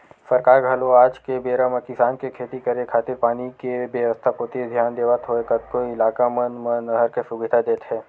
सरकार घलो आज के बेरा म किसान के खेती करे खातिर पानी के बेवस्था कोती धियान देवत होय कतको इलाका मन म नहर के सुबिधा देत हे